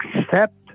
accept